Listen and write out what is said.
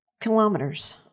kilometers